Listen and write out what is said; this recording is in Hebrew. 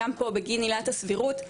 גם פה בגין עילת הסבירות.